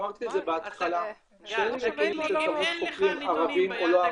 אמרתי את זה בהתחלה שאין לי נתונים של